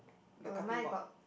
uh mine got